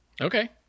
Okay